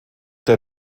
der